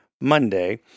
monday